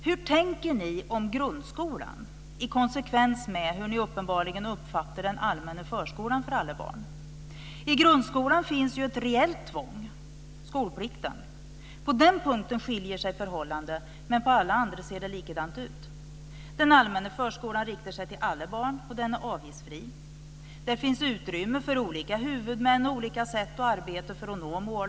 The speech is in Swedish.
Hur tänker ni om grundskolan, i konsekvens med hur ni uppenbarligen uppfattar den allmänna förskolan för alla barn? I grundskolan finns ju ett reellt tvång - skolplikten. På den punkten skiljer sig förhållandena. På alla andra ser det likadant ut. Den allmänna förskolan riktar sig till alla barn, och den är avgiftsfri. Där finns utrymme för olika huvudmän och olika sätt att arbeta för att nå målen.